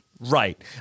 Right